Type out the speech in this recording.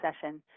session